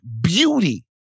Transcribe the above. beauty